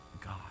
God